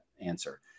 answer